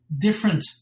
different